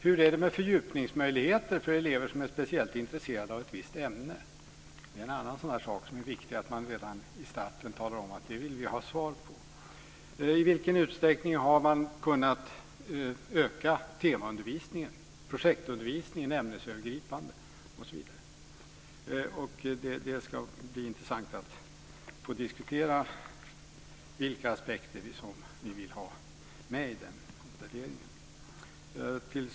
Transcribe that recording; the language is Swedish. Hur är det fördjupningsmöjligheter för elever som är speciellt intresserade av ett visst ämne? Det är en annan sådan sak där det är viktigt att man redan i starten talar om att man vill ha svar på. I vilken utsträckning har man kunnat öka temaundervisningen, projektundervisningen ämnesövergripande, osv.? Det ska bli intressant att få diskutera vilka aspekter som vi vill ha med i den utvärderingen.